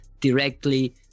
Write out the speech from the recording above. directly